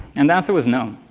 and the answer was no.